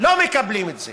לא מקבלים את זה.